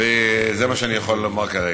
וזה מה שאני יכול לומר כרגע.